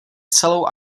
celou